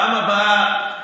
בפעם הבאה,